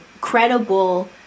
credible